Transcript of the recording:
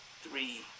three